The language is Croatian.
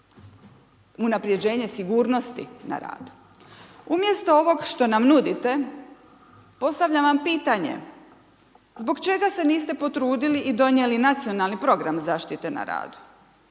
unapređenje sigurnosti na radu. Umjesto ovoga što nam nudite, postavljam vam pitanje. Zbog čega se niste potrudili i donijeli nacionalni program zaštite na radu?